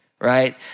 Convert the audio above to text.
Right